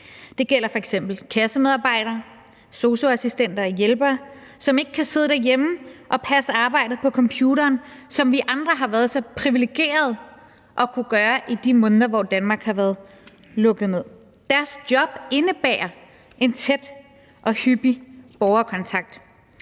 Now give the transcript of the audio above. Det gælder f.eks. kassemedarbejdere, sosu-assistenter og -hjælpere, som ikke kan sidde derhjemme og passe arbejdet på computeren, sådan som vi andre har været så privilegeret at kunne gøre i de måneder, hvor Danmark har været lukket ned. Deres job indebærer en tæt og hyppig borgerkontakt.